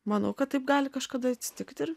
manau kad taip gali kažkada atsitikti ir